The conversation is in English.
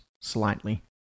slightly